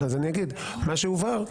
מה שהובהר,